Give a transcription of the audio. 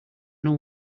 know